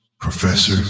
Professor